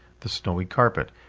the snowy carpet,